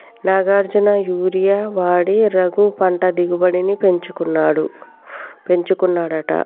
Nagarjuna urea వాడి రఘు పంట దిగుబడిని పెంచుకున్నాడట